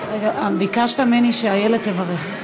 ביקשת ממני שאיילת תברך.